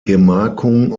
gemarkung